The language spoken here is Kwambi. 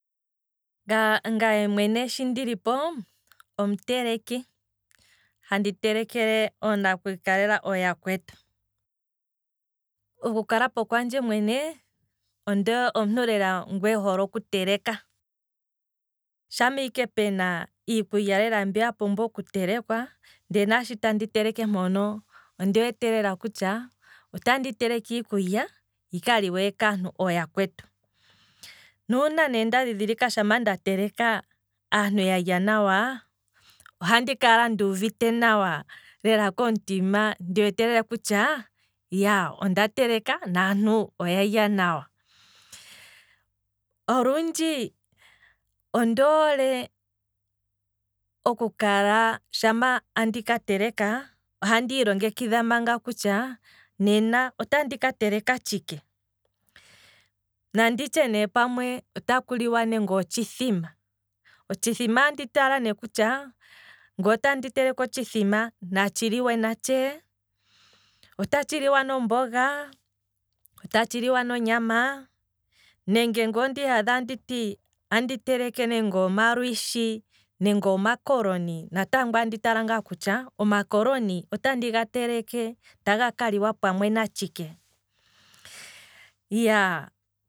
Ngaa, ngaye mwene shi ndilipo, omuteleki, handi telekele oonakwiikalela oyaa kwetu, oku kalapo kwandje mwene, omuntu lela nguu ehole oku teleka, shampa ike pena iikulya ya gwana lela mbi yitshi oku telekwa, nena naashi tandi teleke onduuvite ike lela nawa kutya, otandi teleke iikulya yika liwe kaantu yaakwetu, nuuna ne nda dhidhilika shampa nda teleka aantu yalya nawa, handi kala nduuvite lela nawa komutima, ndi wete kutya onda teleka naantu oyalya lela nawa, olundji ondoole manga inandi ka teleka, andi ilongekidha manga kutya, nena otandi ka teleka tshike, nanditshe ne pamwe otaku liwa nande otshithima, otshithima andi tala ne kutya, nge andi teleke otshithima natshi liwe na tshee, ota tshi liwa nomboga, ota tshi liwa nonyama, nenge nge ondiihadha anditi andi teleke nande omalwishi, nenge omakoloni, natango andi tala ngaa kutya omakoloni otandi ga teleke taga ka liwa pamwe natshike, iyaaa